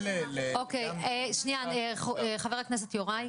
שנייה, חה"כ יוראי.